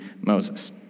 Moses